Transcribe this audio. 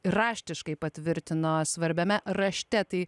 raštiškai patvirtino svarbiame rašte tai